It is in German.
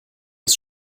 des